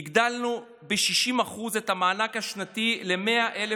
הגדלנו ב-60% את המענק השנתי ל-100,000